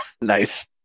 Nice